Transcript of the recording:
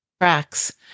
tracks